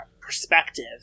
perspective